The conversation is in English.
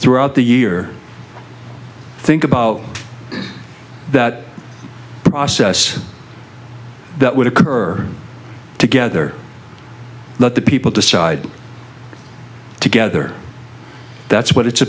throughout the year think about that process that would occur together let the people decide together that's what it's